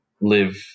live